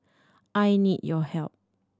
I need your help